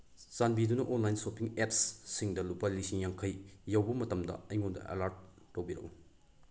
ꯆꯥꯟꯕꯤꯗꯨꯅ online shopping ꯑꯦꯞꯁꯁꯤꯡꯗ ꯂꯨꯄꯥ ꯂꯤꯁꯤꯡ ꯌꯥꯡꯈꯩ ꯌꯧꯕ ꯃꯇꯝꯗ ꯑꯩꯉꯣꯟꯗ ꯑꯦꯂꯥꯔꯠ ꯇꯧꯕꯤꯔꯛꯎ